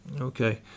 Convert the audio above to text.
Okay